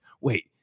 wait